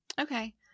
Okay